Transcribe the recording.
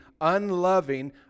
unloving